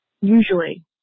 usually